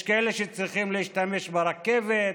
יש כאלה שצריכים להשתמש ברכבת,